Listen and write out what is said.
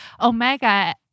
Omega